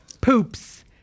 poops